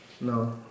No